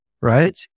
Right